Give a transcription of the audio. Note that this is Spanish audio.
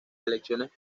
elecciones